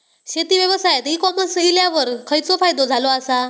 शेती व्यवसायात e commerce इल्यावर खयचो फायदो झालो आसा?